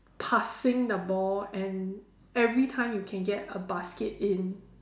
passing the ball and every time you can get a basket in